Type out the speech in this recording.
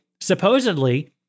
supposedly